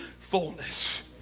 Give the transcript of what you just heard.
fullness